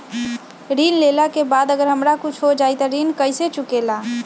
ऋण लेला के बाद अगर हमरा कुछ हो जाइ त ऋण कैसे चुकेला?